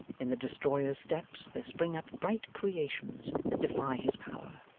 in the destroyer's steps there spring up bright creations that defy his power,